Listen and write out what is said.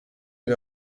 yer